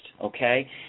Okay